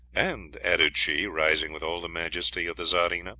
and, added she, rising with all the majesty of the czarina,